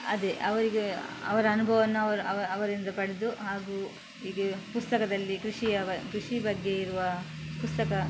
ಅದೇ ಅವರಿಗೆ ಅವರ ಅನುಭವವನ್ನ ಅವರಿಂದ ಪಡೆದು ಹಾಗೂ ಹೀಗೆ ಪುಸ್ತಕದಲ್ಲಿ ಕೃಷಿಯ ಬ ಕೃಷಿ ಬಗ್ಗೆ ಇರುವ ಪುಸ್ತಕ